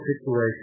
situation